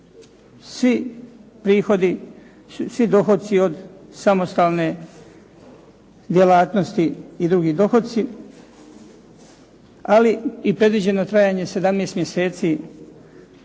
svi prihodi, svi dohoci od samostalne djelatnosti i drugi dohoci, ali i predviđeno trajanje 17 mjeseci.